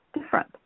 different